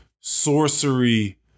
sorcery